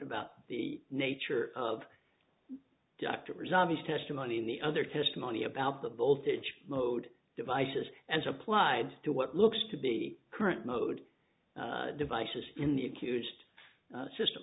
about the nature of doctors obvious testimony in the other testimony about the bolted mode devices as applied to what looks to be current mode devices in the accused system